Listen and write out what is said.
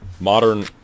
modern